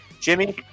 Jimmy